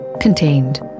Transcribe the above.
Contained